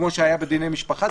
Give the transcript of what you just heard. כפי שהיה בדיני משפחה,